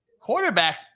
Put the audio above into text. quarterbacks